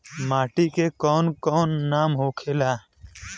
माटी के कौन कौन नाम होखे ला?